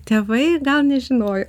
tėvai gal nežinojo